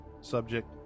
subject